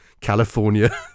California